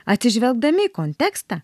atsižvelgdami į kontekstą